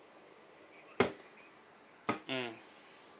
mm